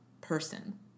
person